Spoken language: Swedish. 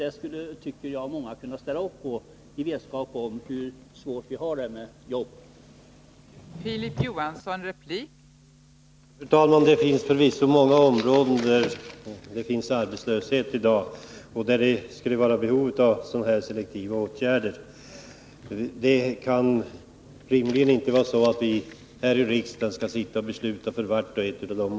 Det borde många kunna ställa upp på, tycker jag, i vetskap om hur svårt vi har det med jobb i Värmland.